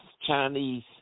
Chinese